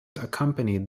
accompanied